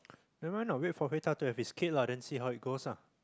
never mind lah wait for Veta to have his kid lah then see how it goes ah